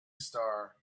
star